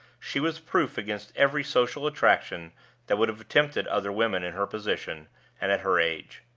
she was proof against every social attraction that would have tempted other women in her position and at her age.